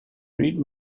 pryd